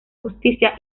justicia